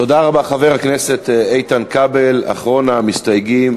תודה רבה, חבר הכנסת איתן כבל, אחרון המסתייגים.